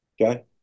okay